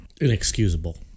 Inexcusable